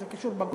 זה קשור בגובה?